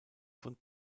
von